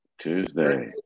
Tuesday